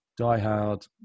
diehard